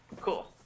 cool